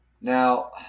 Now